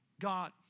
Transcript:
God